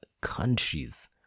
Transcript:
countries